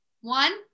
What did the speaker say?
one